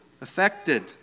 affected